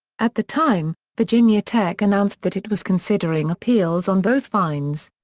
at the time, virginia tech announced that it was considering appeals on both fines.